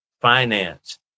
finance